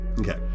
Okay